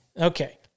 okay